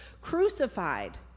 crucified